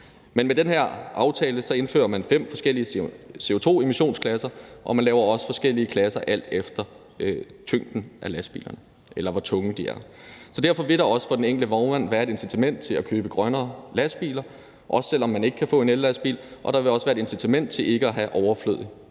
men med den her aftale indfører man fem forskellige CO2-emissionsklasser, og man laver også forskellige klasser, alt efter hvor tunge lastbilerne er. Så derfor vil der også for den enkelte vognmand være et incitament til at købe grønnere lastbiler, også selv om man ikke kan få en ellastbil, og der vil også være et incitament til ikke at have overflødig